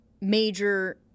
major